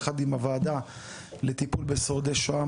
יחד עם הוועדה לטיפול בשורדי שואה,